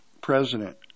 president